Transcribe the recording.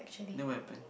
then what happened